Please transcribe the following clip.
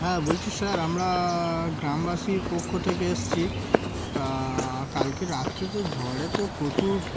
হ্যাঁ বলছি স্যার আমরা গ্রামবাসীর পক্ষ থেকে এসেছি তা কালকে রাত্রে তো ঝড়ে তো প্রচুর